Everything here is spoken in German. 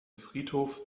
friedhof